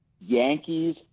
Yankees